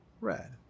Red